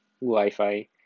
wi-fi